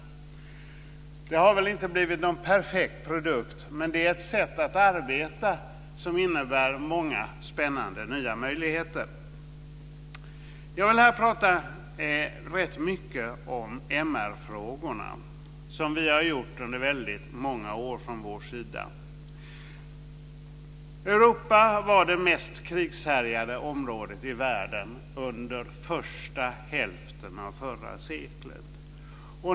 Det har väl inte blivit någon perfekt produkt, men det är ett sätt att arbeta som innebär många spännande nya möjligheter. Jag vill här prata rätt mycket om MR-frågorna, som vi har gjort under väldigt många år från vår sida. Europa var det mest krigshärjade området i världen under första hälften av förra seklet.